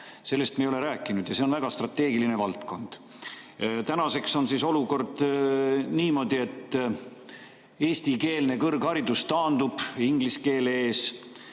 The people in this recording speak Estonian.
kaos, me ei ole rääkinud. Ja see on väga strateegiline valdkond. Tänaseks on olukord niisugune, et eestikeelne kõrgharidus taandub inglise keele ees.